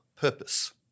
purpose